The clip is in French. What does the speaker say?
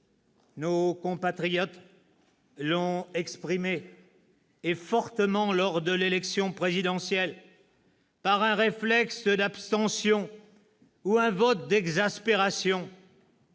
Nos compatriotes l'ont exprimé, et fortement, lors de l'élection présidentielle, par un réflexe d'abstention ou un vote d'exaspération.